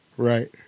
Right